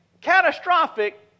catastrophic